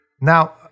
Now